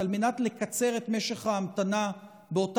על מנת לקצר את משך ההמתנה באותן